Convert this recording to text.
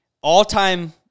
All-time